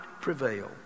prevail